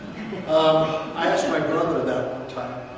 um i asked my brother that one time.